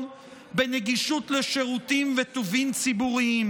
בנגישות של שירותים ולטובין ציבוריים,